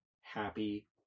happy